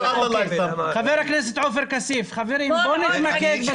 חבר הכנסת עופר כסיף, בבקשה.